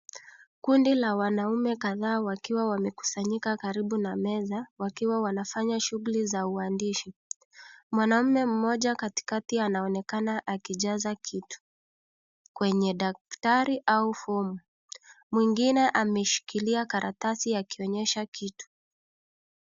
Kundi la wanaume kadhaa wakiwa wamekusanyika karibu na meza, wakiwa wanafanya shughuli za uandishi. Mwanaume mmoja katikati anaonekana akijaza kitu kwenye daftari au fomu. Mwingine ameshikilia karatasi akionyesha kitu.